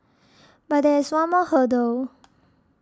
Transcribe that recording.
but there is one more hurdle